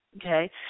okay